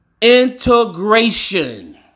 Integration